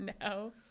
No